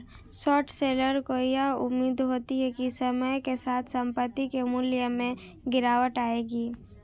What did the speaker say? short seller को यह उम्मीद होती है समय के साथ संपत्ति के मूल्य में गिरावट आएगी